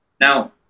Now